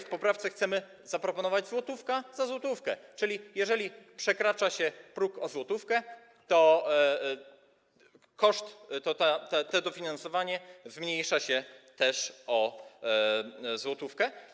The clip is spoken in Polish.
W poprawce chcemy zaproponować: złotówka za złotówkę, czyli jeżeli przekracza się próg o złotówkę, to dofinansowanie zmniejsza się też o złotówkę.